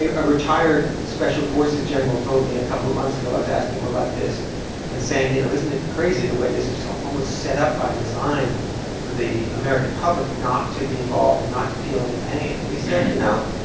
a a retired special forces general told me a couple of months ago i was asking him about this and saying, you know, isn't it crazy the way this is so almost set up by design for the american public not to be involved and not to feel any pain? and he said, you know,